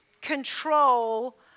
control